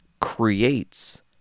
creates